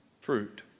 fruit